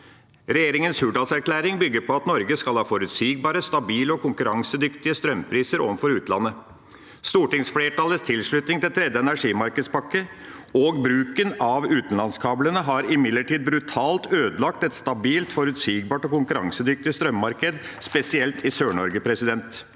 Regjeringas Hurdalsplattform bygger på at Norge skal ha forutsigbare, stabile og konkurransedyktige strømpriser overfor utlandet. Stortingsflertallets tilslutning til tredje energimarkedspakke og bruken av utenlandskablene har imidlertid brutalt ødelagt et stabilt, forutsigbart og konkurransedyktig strømmarked, spesielt i Sør-Norge. Derfor